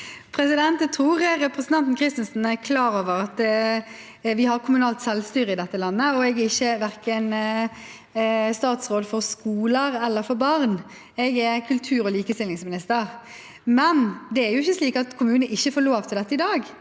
Jeg tror re- presentanten Kristensen er klar over at vi har kommunalt selvstyre i dette landet, og jeg er verken statsråd for skoler eller for barn. Jeg er kultur- og likestillingsminister. Samtidig er det jo ikke slik at kommunene ikke får lov til dette i dag.